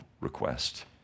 request